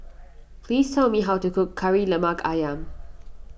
please tell me how to cook Kari Lemak Ayam